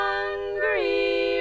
Hungry